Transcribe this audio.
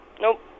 Nope